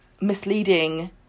misleading